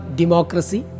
democracy